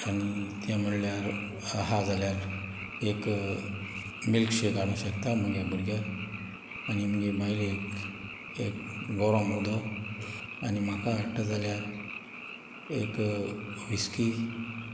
आनी तें म्हणल्यार आहा जाल्यार एक मिल्कशेक हाडूंक शेकता मगे भुरग्याक आनी मगे भायलेक एक गौरोम उदोक आनी म्हाका हाडटा जाल्यार एक विस्की